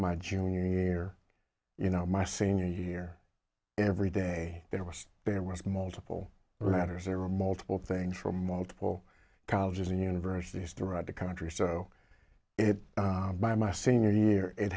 my junior year you know my senior year every day there was there was multiple writers there were multiple things from multiple colleges and universities throughout the country so it by my senior year it